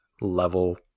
level